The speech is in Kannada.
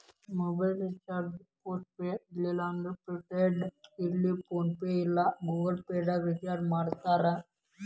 ಮೊಬೈಲ್ ರಿಚಾರ್ಜ್ ಪೋಸ್ಟ್ ಪೇಡರ ಇರ್ಲಿ ಪ್ರಿಪೇಯ್ಡ್ ಇರ್ಲಿ ಫೋನ್ಪೇ ಇಲ್ಲಾ ಗೂಗಲ್ ಪೇದಾಗ್ ರಿಚಾರ್ಜ್ಮಾಡ್ತಾರ